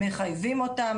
מחייבים אותם,